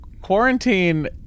Quarantine